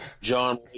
John